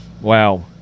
Wow